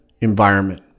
environment